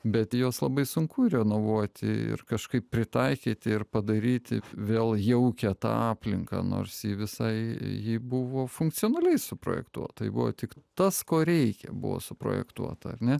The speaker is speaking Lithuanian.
bet juos labai sunku renovuoti ir kažkaip pritaikyti ir padaryti vėl jaukia tą aplinką nors ji visai jį buvo funkcionaliai suprojektuota tai buvo tik tas ko reikia buvo suprojektuota ar ne